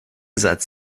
satz